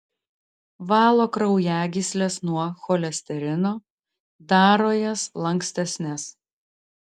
valo kraujagysles nuo cholesterino daro jas lankstesnes